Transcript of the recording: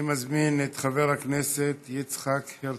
אני מזמין את חבר הכנסת יצחק הרצוג,